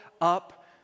up